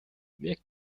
mick